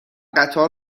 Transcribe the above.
قطار